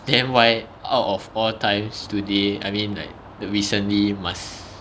then why out of all times today I mean like the recently must